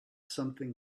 something